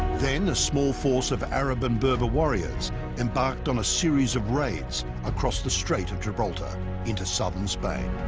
then a small force of arab and berber warriors embarked on a series of raids across the strait of gibraltar into southern spain.